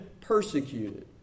persecuted